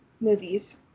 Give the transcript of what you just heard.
movies